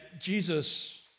Jesus